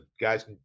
guys